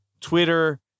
Twitter